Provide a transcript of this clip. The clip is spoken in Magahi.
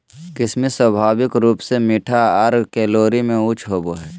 किशमिश स्वाभाविक रूप से मीठा आर कैलोरी में उच्च होवो हय